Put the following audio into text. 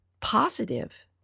positive